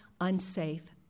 unsafe